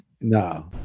No